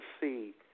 see